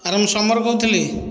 ଆରେ ମୁଁ ସମର କହୁଥିଲି